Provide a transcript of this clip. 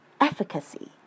efficacy